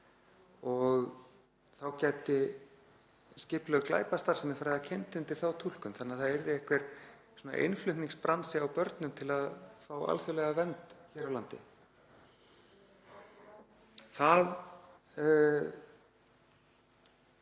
og þá gæti skipulögð glæpastarfsemi farið að kynda undir þá túlkun þannig að það yrði einhver svona innflutningsbransi á börnum til að fá alþjóðlega vernd hér á landi. Það